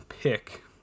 pick